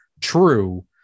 true